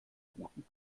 guten